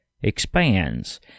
expands